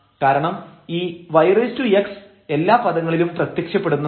കാരണം ഈ yx എല്ലാ പദങ്ങളിലും പ്രത്യക്ഷപ്പെടുന്നുണ്ട്